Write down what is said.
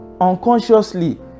unconsciously